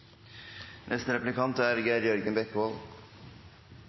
Neste replikant er